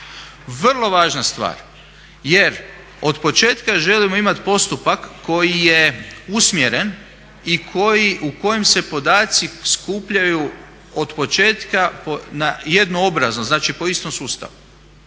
Vrlo važna stvar jer od početka želimo imati postupak koji je usmjeren i u kojem se podaci skupljaju od početka jednoobrazno, znači po istom sustavu.